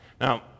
Now